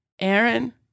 Aaron